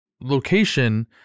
location